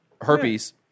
herpes